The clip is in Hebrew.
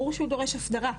ברור שהוא דורש הסדרה.